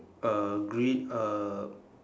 uh green uh